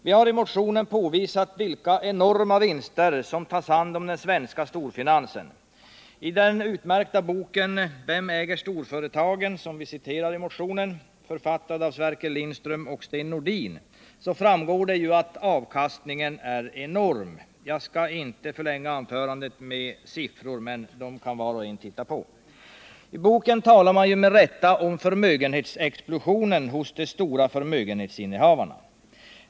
Vi har i motionen påvisat vilka enorma vinster som tas om hand av den svenska storfinansen. I den utmärkta boken Vem äger storföretagen, som vi citerat i motionen och som är författad av Sverker Lindström och Sten Nordin, framgår att avkastningen är enorm. Jag skall inte förlänga mitt anförande med siffror, dem kan var och en studera. I boken talar man med rätta om ”förmögenhetsexplosionen hos de stora förmögenhetsinnehavarna”.